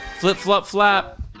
flip-flop-flap